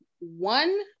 one